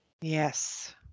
Yes